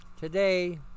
today